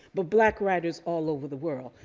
but black writers all over the world.